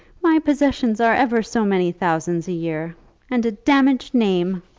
my possessions are ever so many thousands a year and a damaged name.